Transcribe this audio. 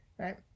Right